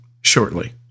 shortly